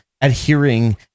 adhering